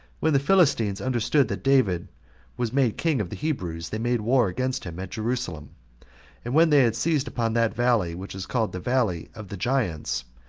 when the philistines understood that david was made king of the hebrews, they made war against him at jerusalem and when they had seized upon that valley which is called the valley of the giants,